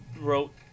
wrote